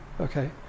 Okay